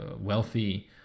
wealthy